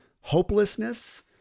hopelessness